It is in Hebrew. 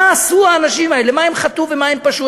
מה עשו האנשים האלה, מה הם חטאו ומה הם פשעו?